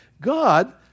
God